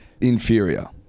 inferior